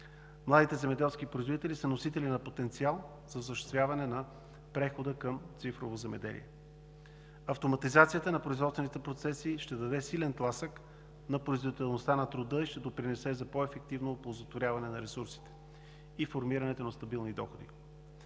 Младите земеделски производители са носители на потенциал за осъществяване на прехода към цифрово земеделие. Автоматизацията на производствените процеси ще даде силен тласък на производителността на труда и ще допринесе за по ефективно оползотворяване на ресурсите и формирането на стабилни доходи.